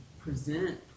present